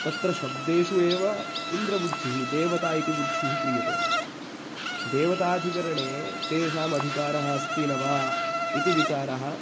तत्र शब्देषु एव इन्द्रबुद्धिः देवता इति बुद्धिः क्रियते देवताधिकरणे तेषाम् अधिकारः अस्ति न वा इति विचारः